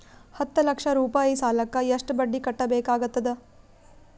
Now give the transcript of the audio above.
ಹತ್ತ ಲಕ್ಷ ರೂಪಾಯಿ ಸಾಲಕ್ಕ ಎಷ್ಟ ಬಡ್ಡಿ ಕಟ್ಟಬೇಕಾಗತದ?